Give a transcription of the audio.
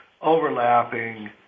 overlapping